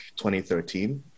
2013